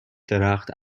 درخت